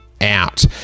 out